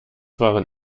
waren